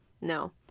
No